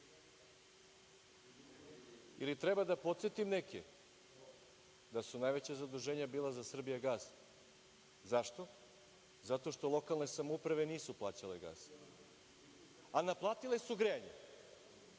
Ili treba da podsetimo neke, da su najveća zaduženja bila za „Srbijagas“. Zašto? Zato što lokalne samouprave nisu plaćale gas, a naplatile su grejanje.